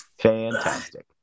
Fantastic